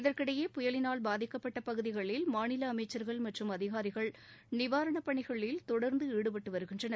இதற்கிடையே புயலினால் பாதிக்கப்பட்ட பகுதிகளில் மாநில அமைச்சர்கள் மற்றும் அதிகாரிகள் நிவாரணப் பணிகளில் தொடர்ந்து ஈடுபட்டு வருகின்றனர்